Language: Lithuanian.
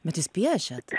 bet jūs piešiat